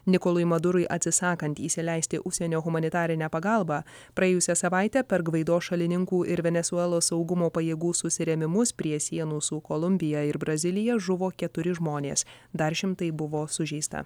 nikolui madurui atsisakant įsileisti užsienio humanitarinę pagalbą praėjusią savaitę per gvaido šalininkų ir venesuelos saugumo pajėgų susirėmimus prie sienų su kolumbija ir brazilija žuvo keturi žmonės dar šimtai buvo sužeista